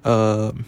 err